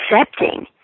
accepting